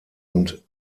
und